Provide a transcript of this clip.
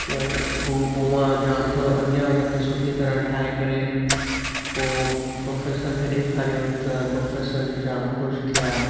त हू पोइ मां जाम थोरो अञा उन खे सुठी तरह ठाहे करे पोइ प्रोफेसर खे ॾेखारियो त प्रोफेसर बि जाम ख़ुशि थिया